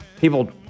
people